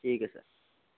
ठीक है सर